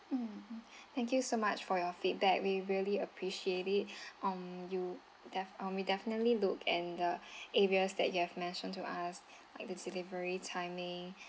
mm mm thank you so much for your feedback we really appreciate it um you def~ we definitely look and the areas that you've mentioned to us and the delivery timing